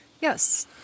yes